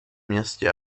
městě